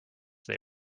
they